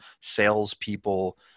salespeople